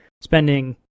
spending